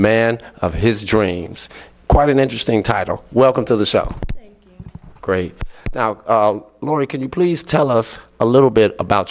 man of his dreams quite an interesting title welcome to the so great laurie could you please tell us a little bit about